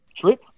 trip